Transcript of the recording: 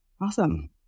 Awesome